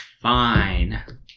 fine